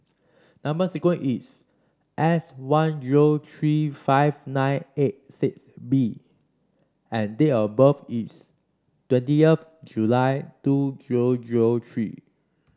number sequence is S one zero three five nine eight six B and date of birth is twenty of July two zero zero three